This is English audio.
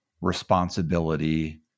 responsibility